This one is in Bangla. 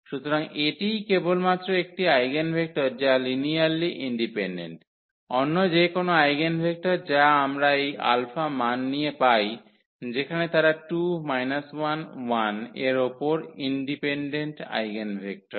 সুতরাং এটিই কেবলমাত্র একটি আইগেনভেক্টর যা লিনিয়ারলি ইন্ডিপেন্ডেন্ট অন্য যে কোনও আইগেনভেক্টর যা আমরা এই α মান নিয়ে পাই যেখানে তারা এর উপর ইন্ডিপেন্ডেন্ট আইগেনভেক্টর